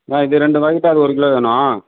ஆ இது ரெண்டு பாக்கெட்டு அது ஒரு கிலோ வேணும்